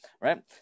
right